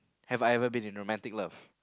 have I ever been in romantic love